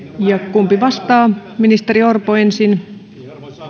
kumpi vastaa ministeri orpo ensin arvoisa